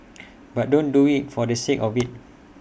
but don't do IT for the sake of IT